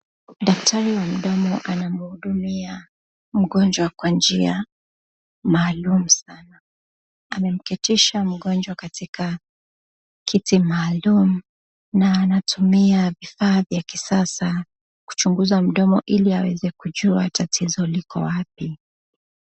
Daktari wa mdomo anamhudumia mgonjwa Kwa njia maalum sana. Amemketisha mgonjwa katika kiti maalum na anatumia vifaa vya kisasa kuchunguza mdomo ili awezekujua tatizo liko wapi.